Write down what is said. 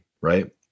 right